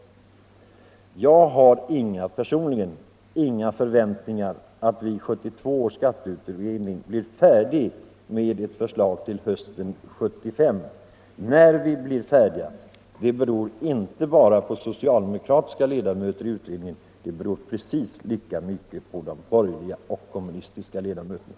Jag har personligen inga förväntningar att 1972 års skatteutredning blir färdig med ett förslag till hösten 1975. När vi blir färdiga beror inte bara på socialdemokratiska ledamöter i utredningen. Det beror precis lika mycket på de borgerliga och de kommunistiska ledamöterna.